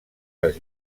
les